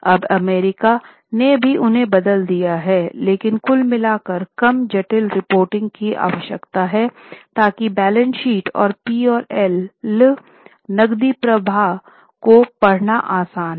अब अमेरिका ने भी उन्हें बदल दिया है लेकिन कुल मिलाकर कम जटिल रिपोर्टिंग की आवश्यकता है ताकि बैलेंस शीट पी और एल नकदी प्रवाह को पढ़ना आसान है